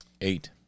Eight